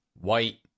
white